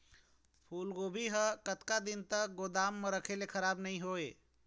फूलगोभी हर कतका दिन तक गोदाम म रखे ले खराब नई होय?